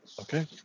Okay